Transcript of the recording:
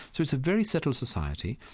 so it's a very settled society,